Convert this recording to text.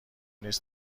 نیز